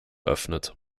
öffnet